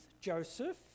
Joseph